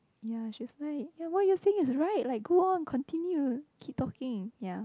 ya she's like ya what you are saying is right like go on continue keep talking